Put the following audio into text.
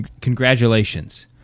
congratulations